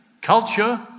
culture